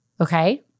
Okay